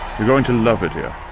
you're going to love it here.